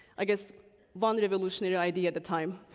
i guess one revolutionary idea at a time.